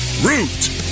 Root